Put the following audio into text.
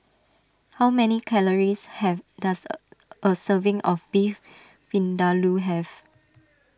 how many calories have does a a serving of Beef Vindaloo have